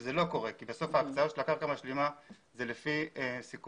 זה לא קורה כי בסוף ההקצאה של הקרקע המשלימה היא לפי סיכומים